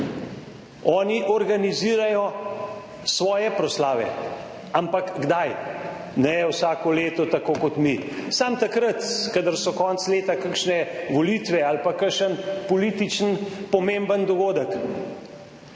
Oni organizirajo svoje proslave. Ampak kdaj? Ne vsako leto, tako kot mi. Samo takrat, kadar so konec leta kakšne volitve ali pa kakšen politično pomemben dogodek.